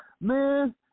man